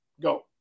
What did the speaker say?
go